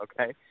okay